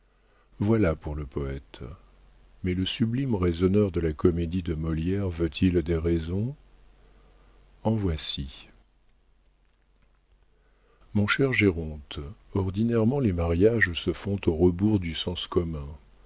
voilà pour le poëte mais le sublime raisonneur de la comédie de molière veut-il des raisons en voici mon cher géronte ordinairement les mariages se font au rebours du sens commun